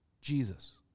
Jesus